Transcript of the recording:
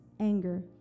anger